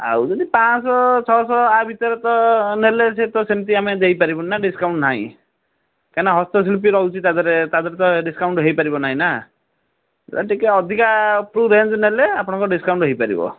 ଆଉ ଯଦି ପାଞ୍ଚଶହ ଛଅଶହ ଏହା ଭିତରେ ତ ନେଲେ ସେ ତ ସେମତି ଆମେ ଦେଇପାରିବୁନି ନା ଡିସ୍କାଉଣ୍ଟ୍ ନାହିଁ କାହିଁକିନା ହସ୍ତଶିଳ୍ପୀ ରହୁଛି ତା ଦେହରେ ତା ଦେହରେ ତ ଡିସ୍କାଉଣ୍ଟ୍ ହୋଇପାରିବ ନାହିଁ ନା ତ ଟିକିଏ ଅଧିକା ଉପରକୁ ରେଞ୍ଜ୍ ନେଲେ ଆପଣଙ୍କର ଡିସ୍କାଉଣ୍ଟ୍ ହୋଇପାରିବ